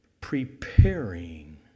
preparing